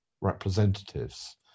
representatives